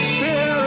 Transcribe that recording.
fear